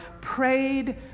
prayed